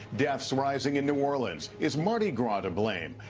deaths rising in new orleans. is mardi gras to blame?